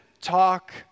talk